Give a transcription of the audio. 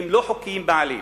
הן לא חוקיות בעליל.